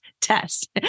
test